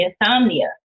insomnia